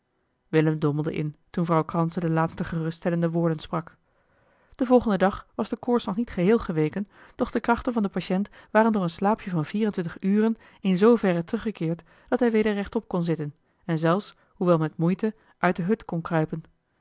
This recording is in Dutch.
willem dommelde in toen vrouw kranse de laatste geruststellende woorden sprak den volgenden dag was de koorts nog niet geheel geweken doch de krachten van den patiënt waren door een slaapje van vier en twintig uren in zooverre teruggekeerd dat hij weder rechtop kon zitten en zelfs hoewel met moeite uit de hut kon kruipen